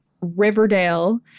Riverdale